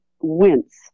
wince